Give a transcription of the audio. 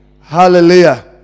Hallelujah